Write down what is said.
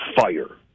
fire